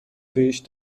بهش